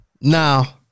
Now